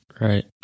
Right